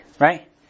right